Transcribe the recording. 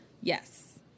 Yes